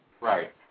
Right